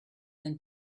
than